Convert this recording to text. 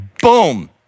boom